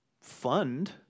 fund